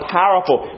powerful